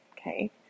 okay